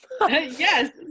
Yes